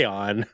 on